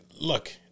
look